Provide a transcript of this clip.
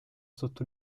sotto